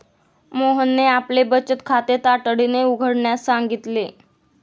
मोहनने आपले बचत खाते तातडीने उघडण्यास सांगितले